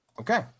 okay